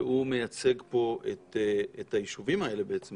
שמייצג פה את היישובים האלה בעצם,